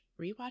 rewatch